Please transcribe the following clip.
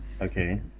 Okay